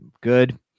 good